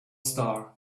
star